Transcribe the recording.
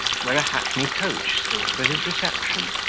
where a hackney-coach stood for his reception.